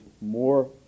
More